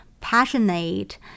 passionate